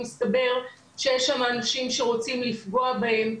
מסתבר שיש שם אנשים שרוצים לפגוע בהם,